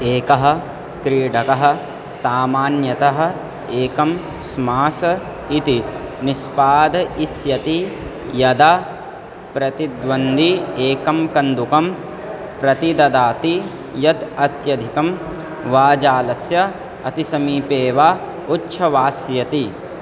एकः क्रीडकः सामान्यतः एकं स्मास इति निष्पादिष्यति यदा प्रतिद्वन्दी एकं कन्दुकं प्रति ददाति यत् अत्यधिकं वाजालस्य अतिसमीपे वा उच्छवास्यति